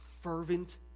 fervent